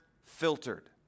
filtered